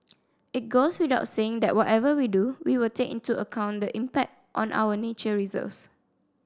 it goes without saying that whatever we do we will take into account the impact on our nature reserves